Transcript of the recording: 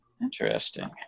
Interesting